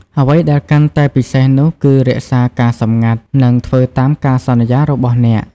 អ្វីដែលកាន់តែពិសេសនោះ គឺរក្សាការសម្ងាត់ និងធ្វើតាមការសន្យារបស់អ្នក។